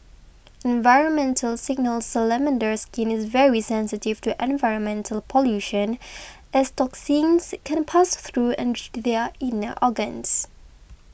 environmental signals Salamander skin is very sensitive to environmental pollution as toxins can pass through and reach their inner organs